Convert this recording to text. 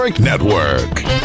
Network